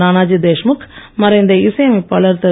நானாஜி தேஷ்முக் மறைந்த இசையமைப்பாளர் திரு